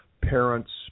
Parents